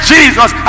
Jesus